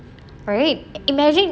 for it imagine